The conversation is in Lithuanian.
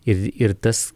ir ir tas